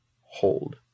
hold